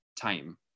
time